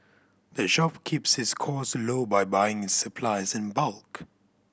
the shop keeps its cost low by buying its supplies in bulk